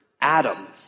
Adam